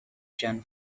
john